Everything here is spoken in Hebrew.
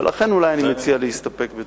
ולכן אולי אני מציע להסתפק בדברי.